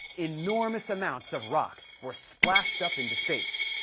enormous amounts of rock were splashed up into space.